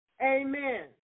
Amen